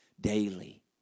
Daily